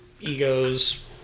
Ego's